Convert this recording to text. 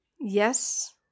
yes